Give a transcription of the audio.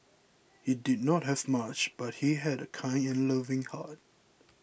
he did not have much but he had a kind and loving heart